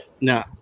No